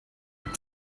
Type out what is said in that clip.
est